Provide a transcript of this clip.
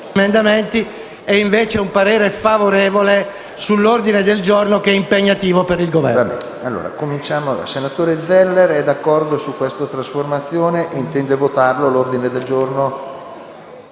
invece un parere favorevole sull'ordine del giorno che è impegnativo per il Governo.